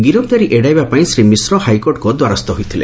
ଗିରଫ ଦାରି ଏଡାଇବା ପାଇଁ ଶ୍ରୀ ମିଶ୍ର ହାଇକୋର୍ଟଙ୍କ ଦ୍ୱାରସ୍ଥ ହୋଇଥିଲେ